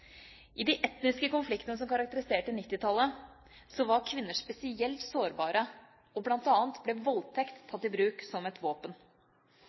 I de etniske konfliktene som karakteriserte 1990-tallet, var kvinner spesielt sårbare, og bl.a. ble voldtekt tatt i bruk som våpen.